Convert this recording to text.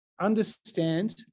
understand